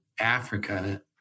Africa